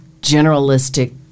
generalistic